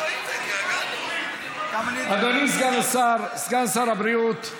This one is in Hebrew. אדוני סגן שר הבריאות,